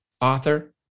author